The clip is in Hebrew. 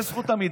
יש זכות עמידה.